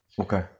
okay